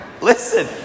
Listen